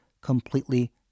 completely